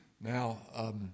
Now